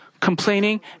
complaining